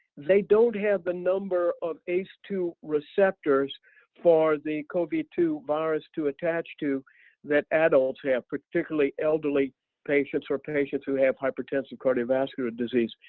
they don't have the number of ace two receptors for the cov two virus to attach to that adults have, particularly elderly patients, or patients who have hypertension, cardiovascular disease.